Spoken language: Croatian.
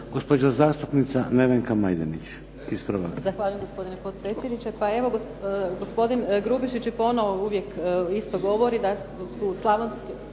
Gospođa zastupnica Nevenka Majdenić,